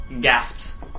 gasps